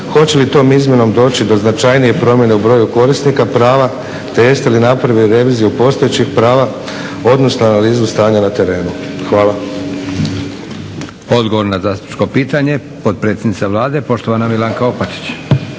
Hoće li tom izmjenom doći do značajnije promjene u broju korisnika prava, te jeste li napravili reviziju postojećih prava, odnosno analizu stanja na terenu? Hvala. **Leko, Josip (SDP)** Odgovor na zastupničko pitanje, potpredsjednica Vlade poštovana Milanka Opačić.